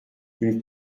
une